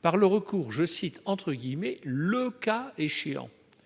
par le recours, « le cas échéant »-